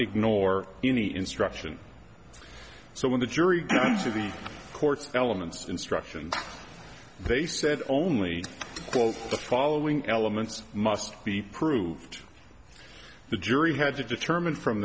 ignore any instructions so when the jury got to the court's elements instructions they said only quote the following elements must be proved the jury had to determine from